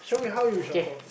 okay